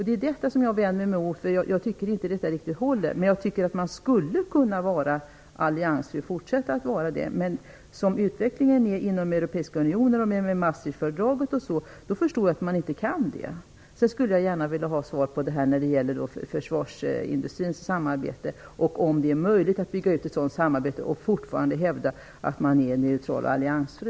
Det är detta som jag vänder mig emot, för jag tycker inte att det riktigt håller. Men jag tycker att man borde kunna fortsätta att vara alliansfri. Men som utvecklingen är inom Europeiska unionen med anledning av Maastrichtfördraget förstår jag att man inte kan det. Jag skulle gärna vilja ha svar på frågan om det är möjligt för försvarsindustrin att bygga ut ett samarbete och fortfarande hävda att man är neutral och alliansfri.